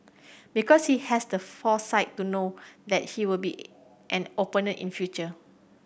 because he has the foresight to know that he will be an opponent in future